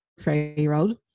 three-year-old